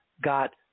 got